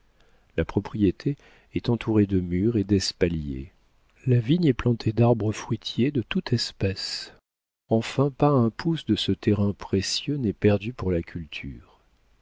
la propriété est entourée de murs et d'espaliers la vigne est plantée d'arbres fruitiers de toute espèce enfin pas un pouce de ce terrain précieux n'est perdu pour la culture